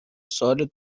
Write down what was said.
سوال